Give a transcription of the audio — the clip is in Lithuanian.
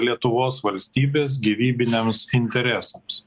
lietuvos valstybės gyvybiniams interesams